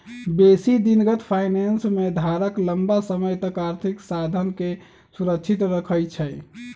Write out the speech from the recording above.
बेशी दिनगत फाइनेंस में धारक लम्मा समय तक आर्थिक साधनके सुरक्षित रखइ छइ